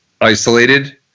isolated